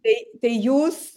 tai tai jūs